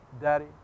Daddy